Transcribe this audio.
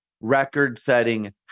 record-setting